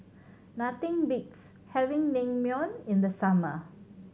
nothing beats having Naengmyeon in the summer